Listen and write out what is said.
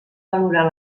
valorar